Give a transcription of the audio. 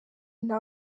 nta